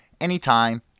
anytime